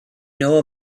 know